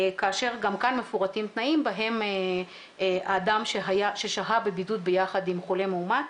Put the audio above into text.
כאשר גם כאן מפורטים תנאים בהם אדם ששהה בבידוד ביחד עם חולה מאומת,